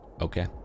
Okay